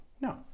no